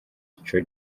ico